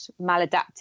maladaptive